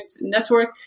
network